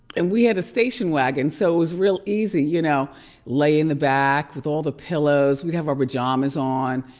and we had a station wagon, so it was real easy. you know lay in the back with all the pillows. we'd have our pajamas on,